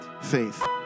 faith